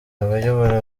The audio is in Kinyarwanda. abayobora